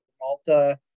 Malta